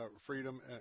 freedom